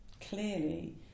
clearly